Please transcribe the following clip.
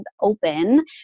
open